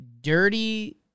dirty